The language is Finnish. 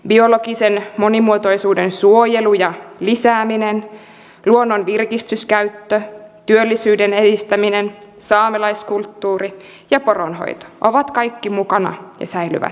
biologisen monimuotoisuuden suojelu ja lisääminen luonnon virkistyskäyttö työllisyyden edistäminen saamelaiskulttuuri ja poronhoito ovat kaikki mukana ja säilyvät ennallaan